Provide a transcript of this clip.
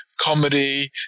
comedy